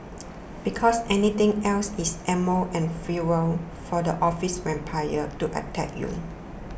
because anything else is ammo and fuel for the office vampires to attack you